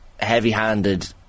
heavy-handed